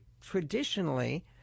traditionally